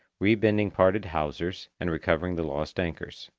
rebending parted hawsers, and recovering the lost anchors.